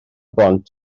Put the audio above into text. bont